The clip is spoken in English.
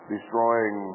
Destroying